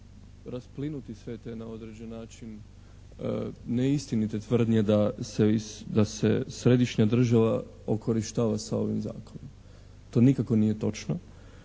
rasplinuti sve te na određen način neistinite tvrdnje da se središnja država okorištava sa ovim zakonom. To nikako nije točno